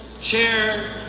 chair